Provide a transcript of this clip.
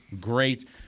great